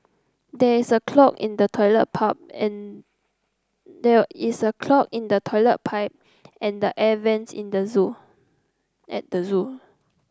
there is a clog in the toilet pipe and there is a clog in the toilet pipe and the air vents in the zoo at the zoo